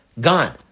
gone